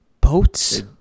Boats